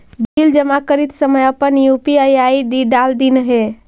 bill जमा करित समय अपन यू.पी.आई आई.डी डाल दिन्हें